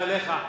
גם אליך,